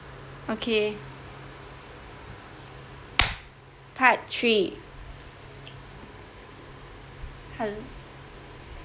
okay part three he~